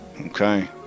Okay